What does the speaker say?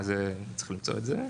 שנייה, אני צריך למצוא את זה.